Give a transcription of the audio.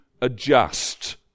adjust